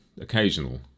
Occasional